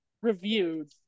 reviewed